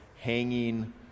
hanging